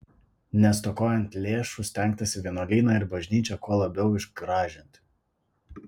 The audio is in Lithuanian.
nestokojant lėšų stengtasi vienuolyną ir bažnyčią kuo labiau išgražinti